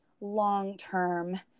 long-term